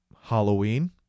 Halloween